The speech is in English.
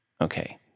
Okay